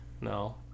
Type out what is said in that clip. No